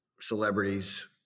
celebrities